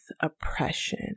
oppression